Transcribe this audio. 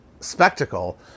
spectacle